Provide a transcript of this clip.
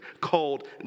called